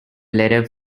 letter